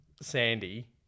Sandy